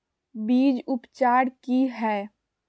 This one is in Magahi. बीज उपचार कि हैय?